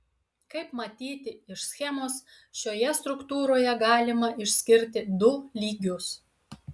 kaip matyti iš schemos šioje struktūroje galima išskirti du lygius